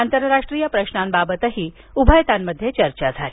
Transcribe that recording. आंतरराष्ट्रीय प्रश्नांबाबत उभयतांमध्ये चर्चाही झाली